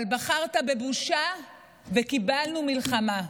אבל בחרת בבושה וקיבלנו מלחמה.